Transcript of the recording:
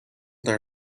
their